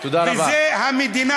וזה המדינה,